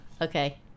okay